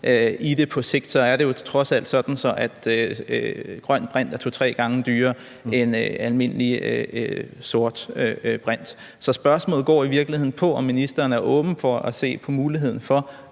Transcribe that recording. i det på sigt, er det jo trods alt sådan, at grøn brint er to-tre gange dyrere end almindelig sort brint. Så spørgsmålet går i virkeligheden på, om ministeren er åben for at se på muligheden for